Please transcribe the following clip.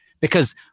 Because-